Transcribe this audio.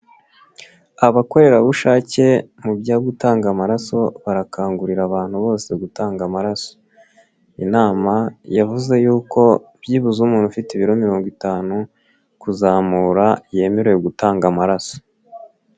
Abakorerabushake mu byo gutanga amaraso barakangurira abantu bose gutanga amaraso, inama yavuze yuko byibuze umuntu ufite ibiro mirongo itanu kuzamura yemerewe gutanga amaraso.